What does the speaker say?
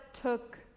took